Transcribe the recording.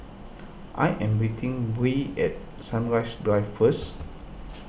I am meeting Bree at Sunrise Drive first